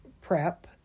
prep